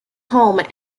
home